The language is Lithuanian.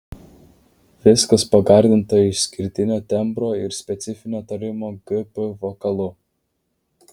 viskas pagardinta išskirtinio tembro ir specifinio tarimo gp vokalu